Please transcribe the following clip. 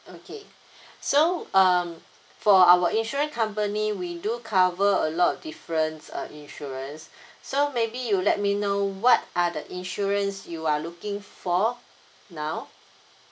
okay so um for our insurance company we do cover a lot of different uh insurance so maybe you let me know what are the insurance you are looking for now